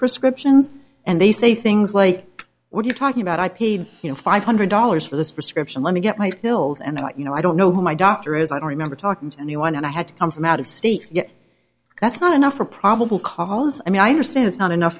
prescriptions and they say things like what you're talking about i paid you know five hundred dollars for this prescription let me get my pills and i got you know i don't know who my doctor is i don't remember talking to anyone and i had to come from out of state yet that's not enough for probable cause i mean i understand it's not enough